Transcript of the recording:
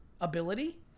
ability